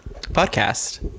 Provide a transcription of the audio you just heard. podcast